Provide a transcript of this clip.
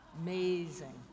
amazing